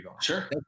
Sure